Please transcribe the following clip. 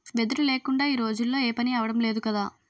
వెదురు లేకుందా ఈ రోజుల్లో ఏపనీ అవడం లేదు కదా